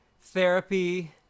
therapy